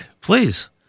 Please